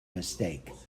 mistake